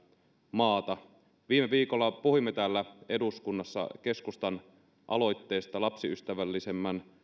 maata viime viikolla puhuimme täällä eduskunnassa keskustan aloitteesta lapsiystävällisemmän